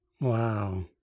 Wow